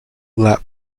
lap